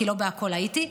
כי לא בכול הייתי.